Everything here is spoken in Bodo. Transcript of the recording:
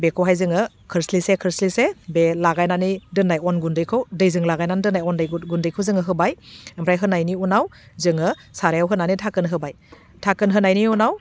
बेखौहाय जोङो खोरस्लिसे खोरस्लिसे बे लागायनानै दोन्नाय अन गुन्दैखौ दैजों लागायनानै दोन्नाय अन गुन्दैखौ जोङो होबाय ओमफ्राय होनायनि उनाव जोङो सारायाव होनानै थाखोन होबाय थाखोन होनायनि उनाव